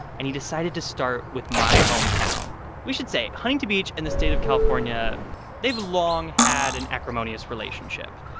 and he decided to start with my hometown we should say huntington beach and the state of california they've long had an acrimonious relationship.